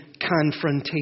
confrontation